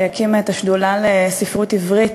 שהקימה את השדולה לספרות עברית,